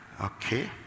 Okay